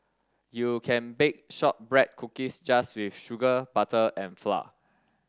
you can bake shortbread cookies just with sugar butter and flour